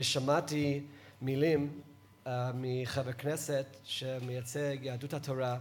ושמעתי מילים מחבר כנסת שמייצג את יהדות התורה,